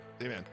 Amen